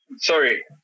Sorry